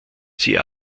sie